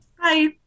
bye